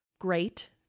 great